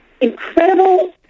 incredible